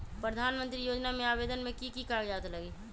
प्रधानमंत्री योजना में आवेदन मे की की कागज़ात लगी?